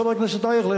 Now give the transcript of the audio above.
חבר הכנסת אייכלר,